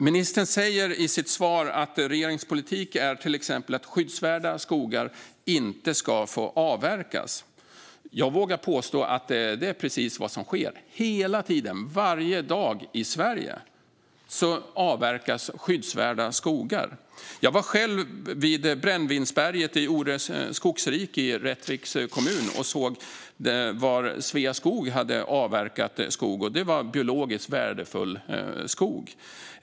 Ministern säger i sitt svar att regeringens politik till exempel är att skyddsvärda skogar inte ska få avverkas. Jag vågar påstå att det är precis det som sker; varje dag avverkas skyddsvärda skogar i Sverige. Jag var själv vid Brännvinsberget i Ore skogsrike i Rättviks kommun och såg att Sveaskog hade avverkat biologiskt värdefull skog.